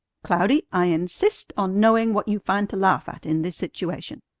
cloudy, i insist on knowing what you find to laugh at in this situation.